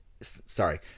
Sorry